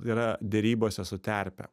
yra derybose su terpe